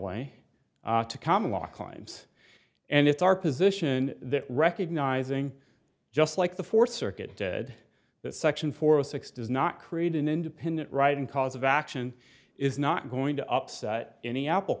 kinds and it's our position that recognizing just like the fourth circuit did that section four zero six does not create an independent right and cause of action is not going to upset any apple